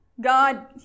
God